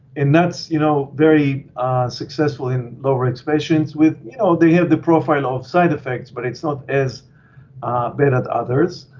that's you know very successful in low risk patients with you know they have the profile of side effects, but it's not as bad as others.